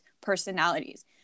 personalities